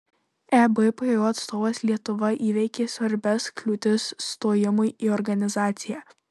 ebpo atstovas lietuva įveikė svarbias kliūtis stojimui į organizaciją